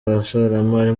abashoramari